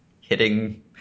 hitting